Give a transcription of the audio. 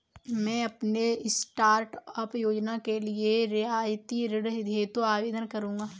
मैं अपने स्टार्टअप योजना के लिए रियायती ऋण हेतु आवेदन करूंगा